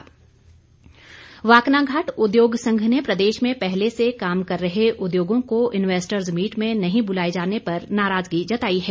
उद्योग वाकनाघाट उद्योग संघ ने प्रदेश में पहले से काम कर रहे उद्योगों को इन्वेस्टर्ज मीट में नहीं बुलाए जाने पर नाराजगी जताई है